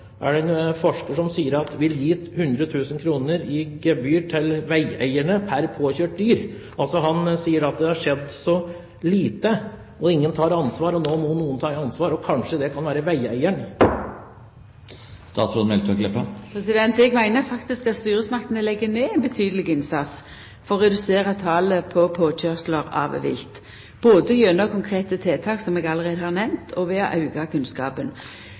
er en forsker som sier at en kunne gitt 100 000 kr i gebyr til veieierne pr. påkjørte dyr. Han sier at det har skjedd så lite, og at ingen tar ansvar. Nå må noen ta ansvar, og kanskje kan det være veieieren. Eg meiner faktisk at styresmaktene legg ned ein betydeleg innsats for å redusera talet på påkjørslar av vilt, både gjennom konkrete tiltak som eg allereie har nemnt, og ved å auka kunnskapen.